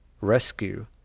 rescue